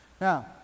Now